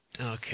Okay